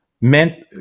meant